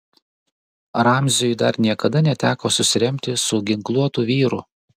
ramziui dar niekada neteko susiremti su ginkluotu vyru